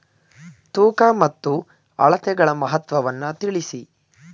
ತೂಕ ಮತ್ತು ಅಳತೆಗಳ ಮಹತ್ವವನ್ನು ತಿಳಿಸಿ?